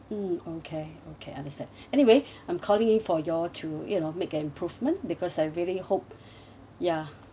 mm okay okay understand anyway I'm calling you for your to you know make an improvement because I really hope ya